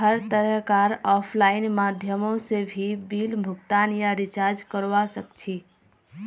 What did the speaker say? हर तरह कार आफलाइन माध्यमों से भी बिल भुगतान या रीचार्ज करवा सक्छी